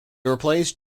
replaced